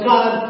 God